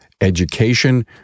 education